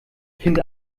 kind